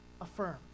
affirm